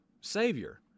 Savior